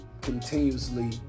continuously